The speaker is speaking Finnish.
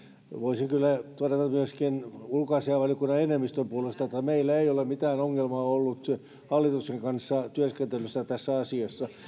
voisin kyllä todeta myöskin ulkoasiainvaliokunnan enemmistön puolesta että meillä ei ole mitään ongelmaa ollut hallituksen kanssa työskentelyssä tässä asiassa